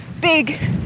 big